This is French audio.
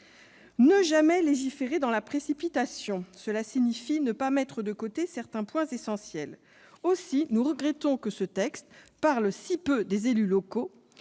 ne jamais légiférer dans la précipitation, cela signifie ne pas mettre de côté certains points essentiels. Aussi, nous regrettons que les projets de loi traitent si peu des élus locaux.